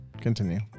Continue